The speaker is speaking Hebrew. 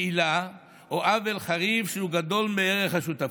מעילה או עוול חריף שהוא גדול מערך השותפות.